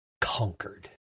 conquered